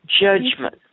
Judgment